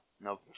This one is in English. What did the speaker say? No